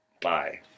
Bye